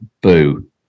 boo